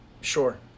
Sure